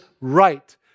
right